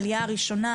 העלייה הראשונה,